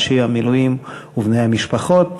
אנשי המילואים ובני המשפחות.